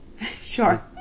Sure